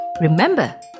Remember